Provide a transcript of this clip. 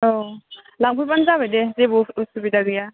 औ लांफैबानो जाबाय दे जेबो उसुबिदा गैया